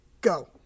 Go